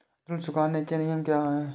ऋण चुकाने के नियम क्या हैं?